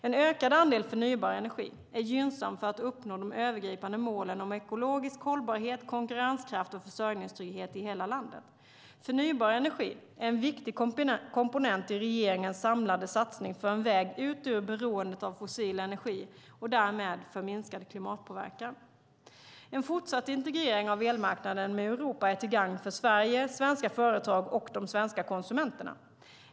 En ökad andel förnybar energi är gynnsam för att uppnå de övergripande målen om ekologisk hållbarhet, konkurrenskraft och försörjningstrygghet i hela landet. Förnybar energi är en viktig komponent i regeringens samlade satsning för en väg ut ur beroendet av fossil energi och därmed för minskad klimatpåverkan. En fortsatt integrering av elmarknaden med Europa är till gagn för Sverige, svenska företag och de svenska konsumenterna.